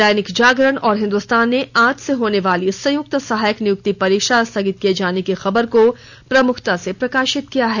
दैनिक जागरण और हिंदुस्तान ने आज से होने वाली संयुक्त सहायक नियुक्ति परीक्षा स्थगित किए जाने की खबर को प्रमुखता से प्रकाशित किया है